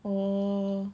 oh